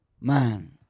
man